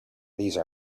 these